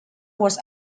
was